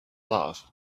love